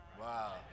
Wow